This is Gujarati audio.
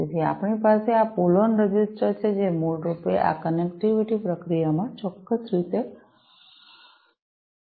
તેથી આપણી પાસે આ પુલ ઑન રજિસ્ટર છે જે મૂળ રૂપે આ કનેક્ટિવિટી પ્રક્રિયામાં ચોક્કસ રીતે મદદ કરે છે